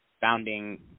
founding